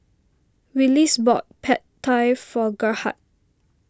Willis bought Pad Thai for Gerhard